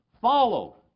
Follow